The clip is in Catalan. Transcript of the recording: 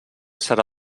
serà